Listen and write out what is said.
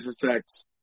effects